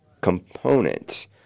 components